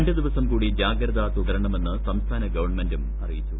രണ്ടുദിവസം കൂടി ജാഗ്രത തുടരണമെന്നു സംസ്ഥാന ഗവൺമെന്റും അറിയിച്ചു